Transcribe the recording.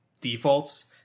defaults